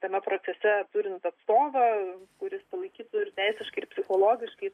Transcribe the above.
tame procese turint atstovą kuris palaikytų ir teisiškai ir psichologiškai